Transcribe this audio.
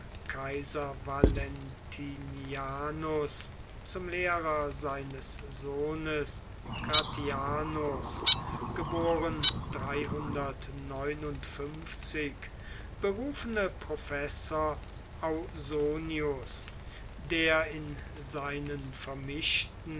kaiser valentinianus zum lehrer seines sohnes gratidianus berufene professor ausonius der in seinen vermischten